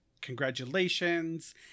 congratulations